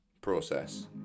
process